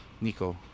Nico